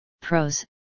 pros